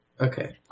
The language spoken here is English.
Okay